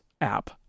app